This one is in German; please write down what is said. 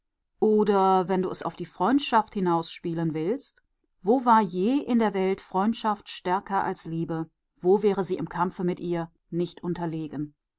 oder wenn du es auf die freundschaft hinausspielen willst wo war je in der welt freundschaft stärker als liebe wo wäre sie im kampfe mit ihr nicht unterlegen